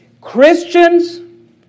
Christians